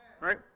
Right